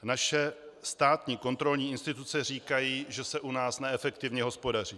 Naše státní kontrolní instituce říkají, že se u nás neefektivně hospodaří.